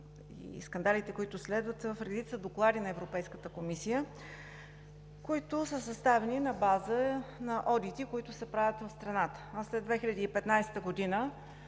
и скандалите, които следват, са в редица доклади на Европейската комисия, които са съставени на база на одити, които се правят на страната. А след 2015 г.